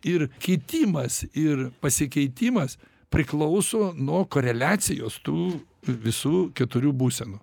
ir kitimas ir pasikeitimas priklauso nuo koreliacijos tų visų keturių būsenų